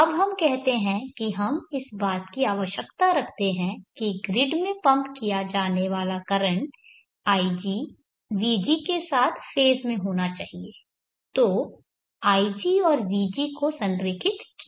अब हम कहते हैं कि हम इस बात की आवश्यकता रखते हैं कि ग्रिड में पंप किया जाने वाला करंट ig vg के साथ फेज़ में होना चाहिए तो ig और vg को संरेखित किया जाना चाहिए